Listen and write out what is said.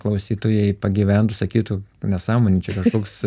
klausytojai pagyventų sakytų nesąmonė čia kažkoks